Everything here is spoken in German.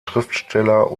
schriftsteller